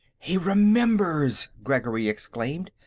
he remembers! gregory exclaimed.